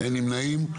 אין נמנעים.